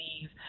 leave